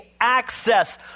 access